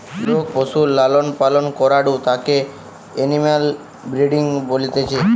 লোক পশুর লালন পালন করাঢু তাকে এনিম্যাল ব্রিডিং বলতিছে